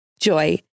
JOY